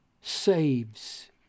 saves